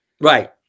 Right